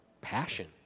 passion